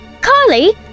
Carly